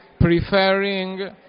preferring